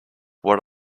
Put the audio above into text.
what